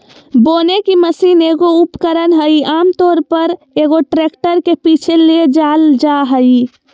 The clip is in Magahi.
बोने की मशीन एगो उपकरण हइ आमतौर पर, एगो ट्रैक्टर के पीछे ले जाल जा हइ